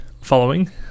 following